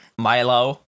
milo